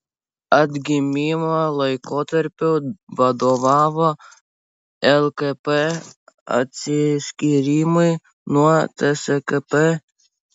atgimimo laikotarpiu vadovavo lkp atsiskyrimui nuo tskp